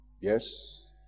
yes